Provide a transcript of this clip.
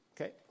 Okay